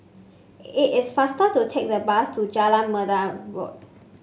it is faster to take the bus to Jalan